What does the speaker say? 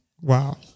Wow